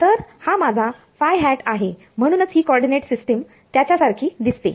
तर हा माझा फाय हॅटआहे म्हणूनच ही कॉर्डीनेट सिस्टिम त्याच्या सारखी दिसते